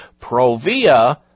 Provia